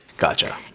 gotcha